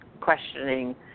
questioning